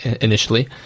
initially